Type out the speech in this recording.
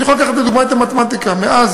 אני יכול לקחת לדוגמה את המתמטיקה: מאז